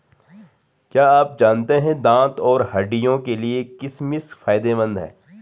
क्या आप जानते है दांत और हड्डियों के लिए किशमिश फायदेमंद है?